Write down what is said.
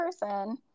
person